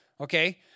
Okay